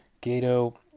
Gato